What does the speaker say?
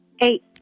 Eight